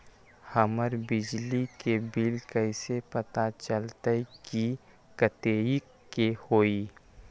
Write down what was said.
हमर बिजली के बिल कैसे पता चलतै की कतेइक के होई?